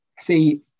See